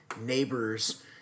neighbors